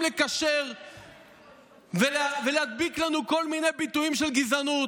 לקשר ולהדביק לנו כל מיני ביטויים של גזענות.